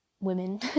women